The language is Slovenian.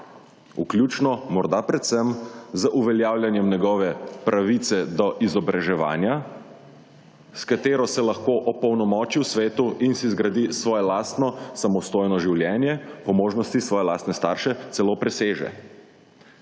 Vključno, morda predvsem, z uveljavljanem njegove pravice do izobraževanja, s katero se lahko opolnomoči v svetu in si zgradi svoje lastno samostojno življenje, po možnosti svoje lastne starše celo preseže.